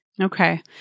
Okay